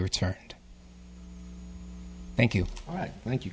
returned thank you thank you